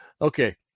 Okay